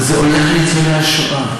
זה הולך לניצולי השואה.